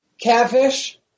Catfish